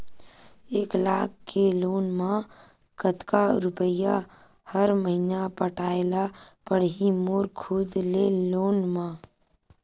एक लाख के लोन मा कतका रुपिया हर महीना पटाय ला पढ़ही मोर खुद ले लोन मा?